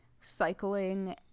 cycling